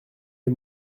les